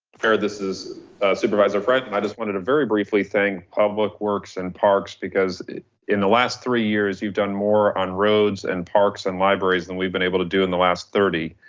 chair, this is supervisor friend, i just wanted to very briefly thank public works and parks because in the last three years, you've done more on roads and parks and libraries, than we've been able to do in the last thirty